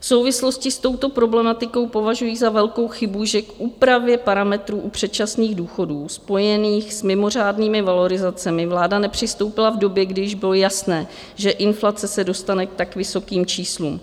V souvislosti s touto problematikou považuji za velkou chybu, že k úpravě parametrů u předčasných důchodů spojených s mimořádnými valorizacemi vláda nepřistoupila v době, kdy již bylo jasné, že inflace se dostane k tak vysokým číslům.